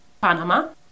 Panama